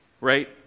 Right